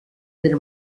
per